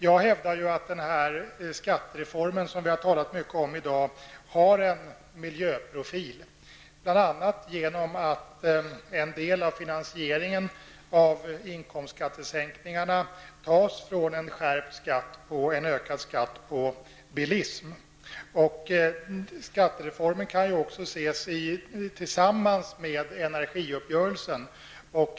Jag hävdar att den skattereform som vi har talat mycket om i dag har en miljöprofil, bl.a. genom att en del av finansieringen av inkomstskattesänkningarna tas från en ökad skatt på bilism. Skattereformen kan också ses tillsammans med energiuppgörelsen.